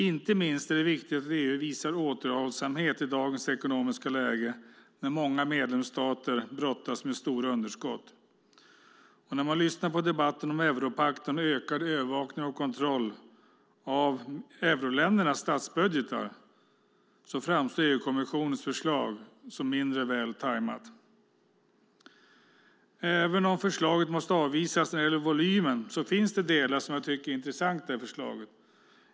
Inte minst är det viktigt att EU visar återhållsamhet i dagens ekonomiska läge när många medlemsstater brottas med stora underskott. När man lyssnar på debatten om europakten och ökad övervakning och kontroll av euroländernas statsbudgetar framstår EU-kommissionens förslag som mindre väl tajmat. Även om förslaget måste avvisas när det gäller volymen finns det delar i förslaget som jag tycker är intressanta.